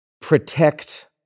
protect